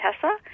Tessa